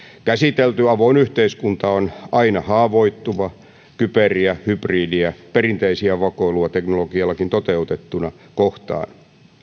käsitelty avoin yhteiskunta on aina haavoittuva kyberiä hybridiä perinteistäkin vakoilua teknologialla toteutettuna kohtaan